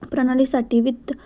प्रणालीसाठी वित्त